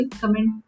comment